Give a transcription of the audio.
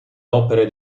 opere